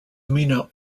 amino